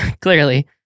clearly